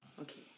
okay